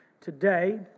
today